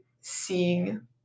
seeing